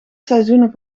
seizoenen